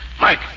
Mike